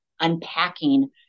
unpacking